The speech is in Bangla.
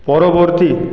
পরবর্তী